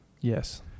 Yes